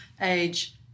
age